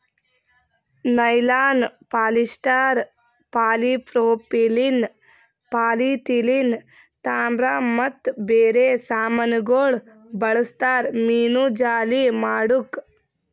nylon, polyester, polypropylene, polyethylene, ತಾಮ್ರ ಮತ್ತ ಬೇರೆ ಸಾಮಾನಗೊಳ್ ಬಳ್ಸತಾರ್ ಮೀನುಜಾಲಿ ಮಾಡುಕ್